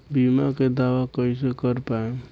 बीमा के दावा कईसे कर पाएम?